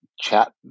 chat